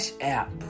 App